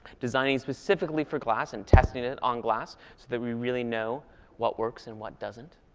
designing specifically for glass and testing it on glass. so that we really know what works and what doesn't.